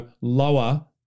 lower